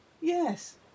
Yes